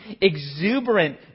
exuberant